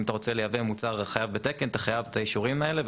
אם אתה רוצה לייבא מוצר חייב בתקן אתה חייב את האישורים האלה.